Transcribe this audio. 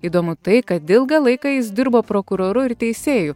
įdomu tai kad ilgą laiką jis dirbo prokuroru ir teisėju